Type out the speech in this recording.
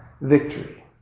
victory